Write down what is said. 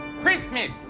christmas